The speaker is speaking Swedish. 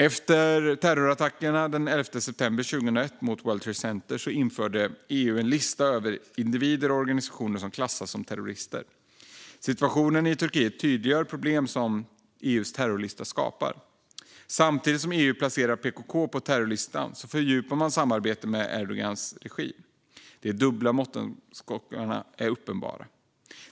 Efter terrorattackerna den 11 september 2001 mot World Trade Center införde EU en lista över individer och organisationer som klassades som terrorister. Situationen i Turkiet tydliggör problem som EU:s terrorlista skapar. Samtidigt som EU placerar PKK på terrorlistan fördjupar man samarbetet med Erdogans regim. De dubbla måttstockarna är uppenbara.